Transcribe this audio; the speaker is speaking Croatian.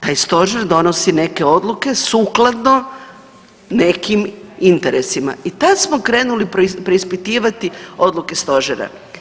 Taj Stožer donosi neke odluke sukladno nekim interesima i tad smo krenuli preispitivati odluke Stožera.